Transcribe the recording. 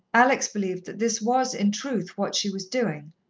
alex believed that this was, in truth, what she was doing,